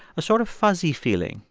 a sort of fuzzy feeling,